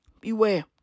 Beware